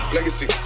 Legacy